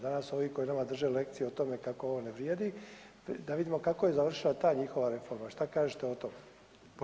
Danas oni koji nama drže lekcije o tome kako ovo ne vrijedi, da vidimo kako je završila ta njihova reforma, što kažete o tom?